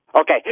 Okay